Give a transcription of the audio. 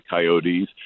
coyotes